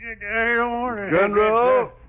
General